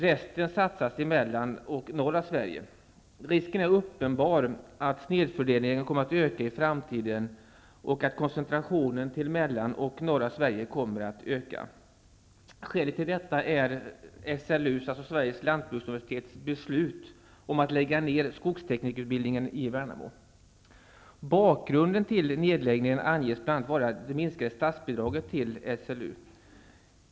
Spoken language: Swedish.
Resten satsas i Mellansverige och norra Sverige. Risken är uppenbar att snedfördelningen kommer att öka i framtiden och att koncentrationen till Mellansverige och norra Sverige kommer att öka. Skälet till detta är SLU:s beslut att lägga ner skogsteknikerutbildningen i Värnamo. Bakgrunden till nedläggningen anges bl.a. vara det minskade statsbidraget till SLU.